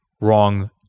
wrong